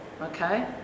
okay